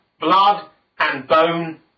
blood-and-bone